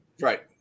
Right